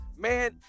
Man